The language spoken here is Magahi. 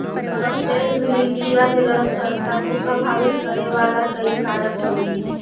सस्टेनेबिलिटी या निरंतरता को प्रभावित करे वाला कई कारक हई